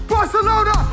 Barcelona